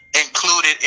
Included